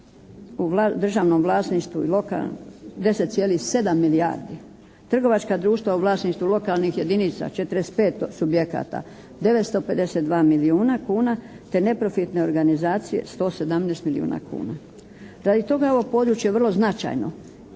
u državnom vlasništvu i lokalno 10,7 milijardi. Trgovačka društva u vlasništvu lokalnih jedinica 45 subjekata, 952 milijuna kuna te neprofitne organizacije 117 milijuna kuna. Radi toga je ovo područje vrlo značajno.